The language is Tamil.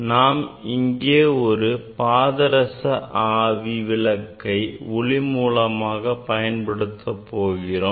நாம் இங்கு பாதரச ஆவி விளக்கை ஒளி மூலமாக பயன்படுத்த போகிறோம்